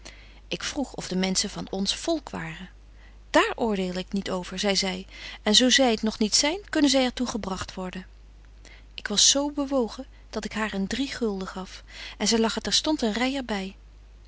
ik vroeg of de menschen van ons volk waren daar oordeel ik niet over zei zy en zo zy t nog niet zyn kunnen zy er toe gebragt worden ik was zo bewogen dat ik haar een driegulden gaf en zy lag er terstond een ryër